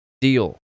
deal